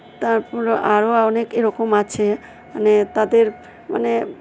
তারপরও আরও অনেক এরকম আছে মানে তাদের মানে